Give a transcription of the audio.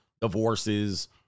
divorces